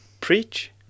preach